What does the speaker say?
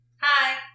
Hi